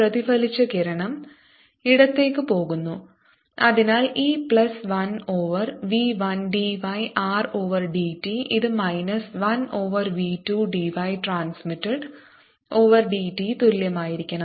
പ്രതിഫലിച്ച കിരണം ഇടത്തേക്ക് പോകുന്നു അതിനാൽ ഈ plus 1 over v 1 d y r over d t ഇത് minus 1 over v 2 d y transmitted over d t തുല്യമായിരിക്കണം